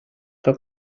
que